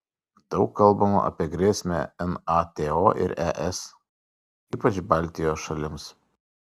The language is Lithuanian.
daug kalbama apie grėsmę nato ir es ypač baltijos šalims